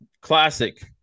classic